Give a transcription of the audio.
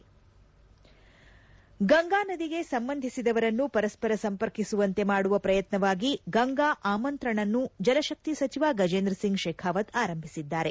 head Ganga ನದಿಗೆ ಸಂಬಂಧಿಸಿದವರನ್ನು ಪರಸ್ಪರ ಸಂಪರ್ಕಿಸುವಂತೆ ಮಾಡುವ ಪ್ರಯತ್ನವಾಗಿ ಗಂಗಾ ಆಮಂತ್ರಣ್ ಅನ್ನು ಜಲಶಕ್ತಿ ಸಚಿವ ಗಜೇಂದ್ರ ಸಿಂಗ್ ಶೇಖಾವತ್ ಆರಂಭಿಸಿದ್ದಾರೆ